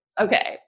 Okay